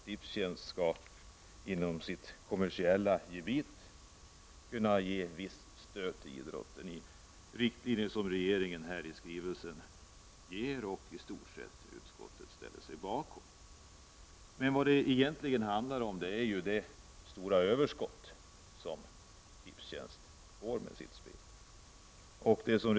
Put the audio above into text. Tipstjänst skall inom sitt kommersiella gebit kunna ge visst stöd till idrotten enligt de riktlinjer som regeringen ger i skrivelsen och som utskottet i stort sett ställer sig bakom. Men egentligen handlar detta om det stora överskott som Tipstjänst får med sitt spel.